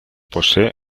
posee